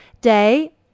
day